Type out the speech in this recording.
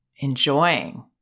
enjoying